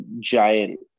giant